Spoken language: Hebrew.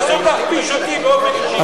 לנסות להכפיש אותי באופן אישי.